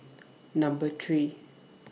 Number three